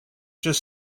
just